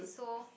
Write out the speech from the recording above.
so